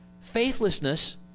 Faithlessness